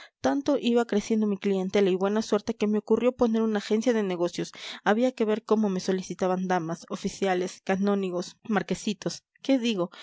tanto iba creciendo mi clientela y buena suerte que me ocurrió poner una agencia de negocios había que ver cómo me solicitaban damas oficiales canónigos marquesitos qué digo